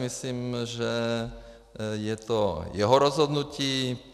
Myslím si, že je to jeho rozhodnutí.